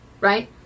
right